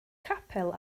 capel